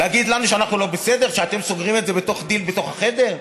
להגיד לנו שאנחנו לא בסדר כשאתם סוגרים את זה בתוך דיל בתוך החדר?